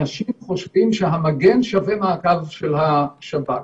אנשים חושבים שהמגן שווה מעקב של השב"כ.